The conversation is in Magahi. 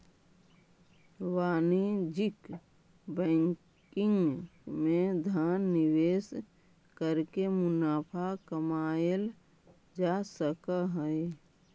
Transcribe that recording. वाणिज्यिक बैंकिंग में धन निवेश करके मुनाफा कमाएल जा सकऽ हइ